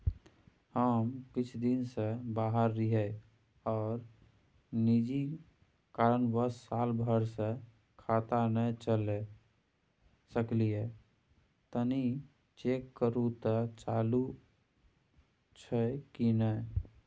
हम कुछ दिन से बाहर रहिये आर निजी कारणवश साल भर से खाता नय चले सकलियै तनि चेक करू त चालू अछि कि नय?